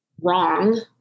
wrong